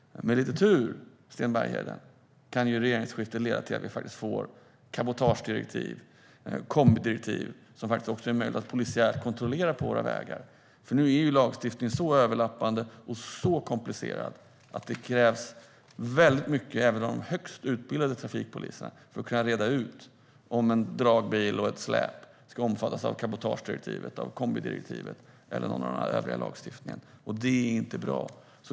Med lite tur, Sten Bergheden, kan regeringsskiftet leda till att vi får cabotagedirektiv, ett kombidirektiv som det är möjligt att polisiärt kontrollera på våra vägar. Nu är lagstiftningen nämligen så överlappande och komplicerad att det krävs väldigt mycket, även av de högst utbildade trafikpoliserna, för att kunna reda ut om en dragbil och ett släp ska omfattas av cabotagedirektivet, av kombidirektivet eller av den övriga lagstiftningen. Det är inte bra.